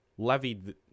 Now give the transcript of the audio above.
levied